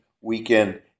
weekend